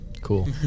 cool